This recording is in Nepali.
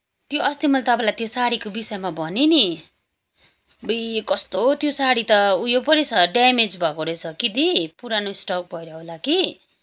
त्यो अस्ति मैले तपाईँलाई त्यो साडीको विषयमा भनेँ नि अब्बुई कस्तो त्यो साडी त उयो पो रैछ ड्यामेज भएको रहेछ कि दी पुरानो स्टक भएर होला कि